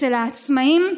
אצל העצמאים,